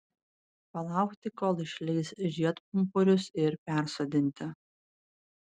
palaukti kol išleis žiedpumpurius ir persodinti